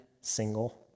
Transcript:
single